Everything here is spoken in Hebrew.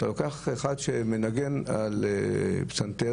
אתה לוקח אחד שמנגן על הפסנתר,